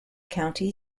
county